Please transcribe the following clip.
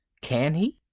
can he?